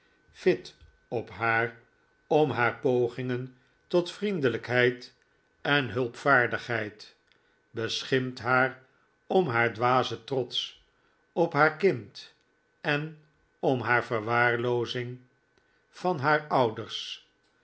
vit op haar om haar pogingen tot vriendelijkheid en hulpvaardigheid beschimpt haar om haar dwazen trots op haar kind en om haar verwaarloozing van haar ouders